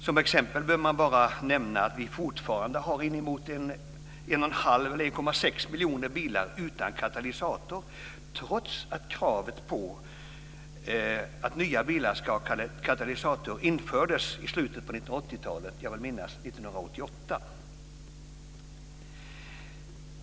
Som exempel behöver man bara nämna att vi fortfarande har inemot 1,6 miljoner bilar utan katalysator trots att kravet på att nya bilar ska ha katalysator infördes i slutet av 1980-talet. Jag vill minnas att det var 1988.